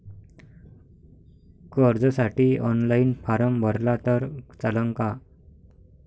कर्जसाठी online form भरला तर चालन का?